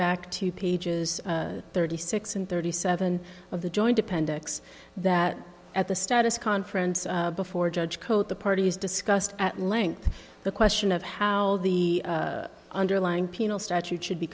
back to pages thirty six and thirty seven of the joint appendix that at the status conference before judge cote the parties discussed at length the question of how the underlying penal statute